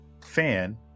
fan